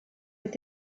mit